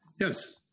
Yes